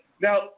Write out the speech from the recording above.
Now